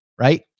right